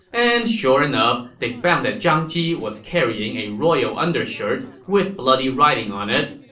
and sure enough, they found that zhang ji was carrying a royal undershirt with bloody writing on it.